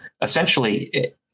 Essentially